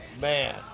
man